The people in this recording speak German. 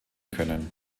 können